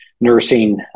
nursing